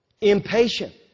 Impatient